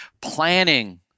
Planning